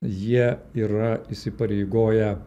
jie yra įsipareigoję